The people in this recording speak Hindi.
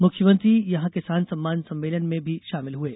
मुख्यमंत्री यहां किसान सम्मान सम्मेलन में भी शामिल हये